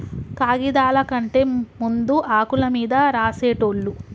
కాగిదాల కంటే ముందు ఆకుల మీద రాసేటోళ్ళు